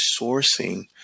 sourcing